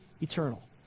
eternal